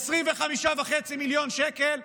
25.5 מיליון שקל,